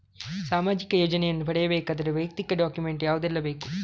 ಸಾಮಾಜಿಕ ಯೋಜನೆಯನ್ನು ಪಡೆಯಬೇಕಾದರೆ ವೈಯಕ್ತಿಕ ಡಾಕ್ಯುಮೆಂಟ್ ಯಾವುದೆಲ್ಲ ಬೇಕು?